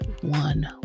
one